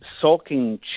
sulking